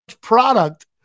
product